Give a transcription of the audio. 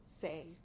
say